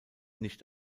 nicht